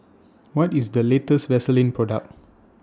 What IS The latest Vaselin Product